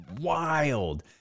wild